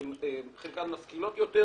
חלקן משכילות יותר,